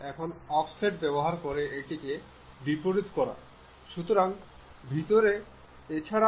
সুতরাং আপনি যদি এই পিনের জন্য টপ প্লেনটি নির্বাচন করেন তবে আমরা এটি এখানে দেখতে পারবো